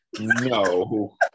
No